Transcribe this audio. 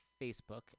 Facebook